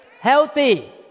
healthy